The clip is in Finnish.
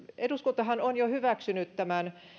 eduskuntahan on jo hyväksynyt tämän